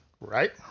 Right